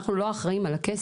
אנחנו לא אחראים על הכסף,